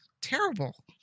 Terrible